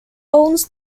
owns